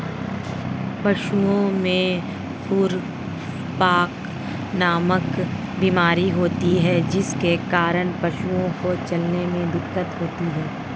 पशुओं में खुरपका नामक बीमारी होती है जिसके कारण पशुओं को चलने में दिक्कत होती है